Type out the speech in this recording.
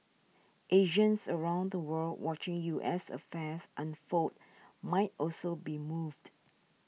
Asians around the world watching U S affairs unfold might also be moved